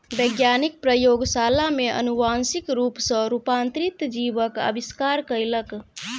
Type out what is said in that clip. वैज्ञानिक प्रयोगशाला में अनुवांशिक रूप सॅ रूपांतरित जीवक आविष्कार कयलक